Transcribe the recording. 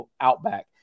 Outback